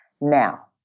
Now